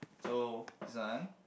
so this one